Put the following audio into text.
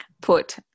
put